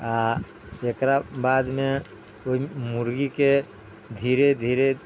आ एकरा बाद मे ओइ मुर्गी के धीरे धीरे